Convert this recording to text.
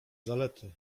zalety